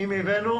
אם הבאנו